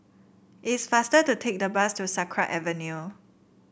it is faster to take the bus to Sakra Avenue